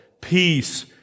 peace